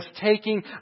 taking